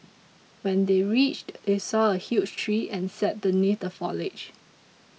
when they reached they saw a huge tree and sat beneath the foliage